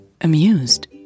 amused